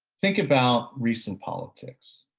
think about recent politics.